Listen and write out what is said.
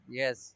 yes